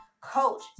Coach